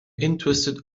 interested